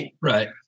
Right